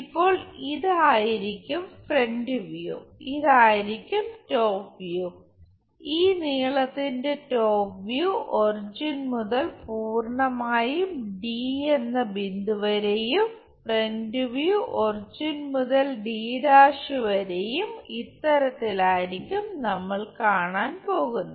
ഇപ്പോൾ ഇതായിരിക്കും front view ഇതായിരിക്കും ടോപ്പ് വ്യൂ ഈ നീളത്തിന്റെ ടോപ്പ് വ്യൂ ഒറിജിൻ മുതൽ പൂർണമായും എന്ന ബിന്ദു വരെയും ഫ്രണ്ട് വ്യൂ ഒറിജിൻ മുതൽ d' വരെയും ഇത്തരത്തിലായിരിക്കും നമ്മൾ കാണാൻ പോകുന്നത്